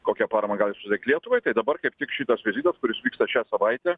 kokią paramą gali suteikt lietuvai tai dabar kaip tik šitas vizitas kuris vyksta šią savaitę